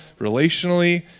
Relationally